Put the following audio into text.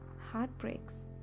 heartbreaks